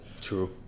true